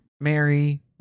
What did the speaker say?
Mary